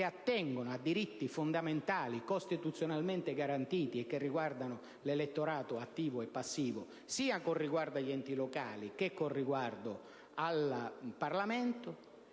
attengono ai diritti fondamentali costituzionalmente garantiti e che riguardano l'elettorato attivo e passivo, sia con riguardo agli enti locali che con riguardo al Parlamento.